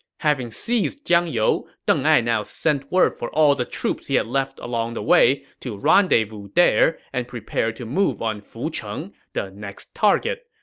having seized jiangyou, deng ai now sent word for all the troops he had left along the way to rendezvous there and prepare to move on fucheng, the next target.